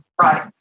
Right